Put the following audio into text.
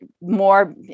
more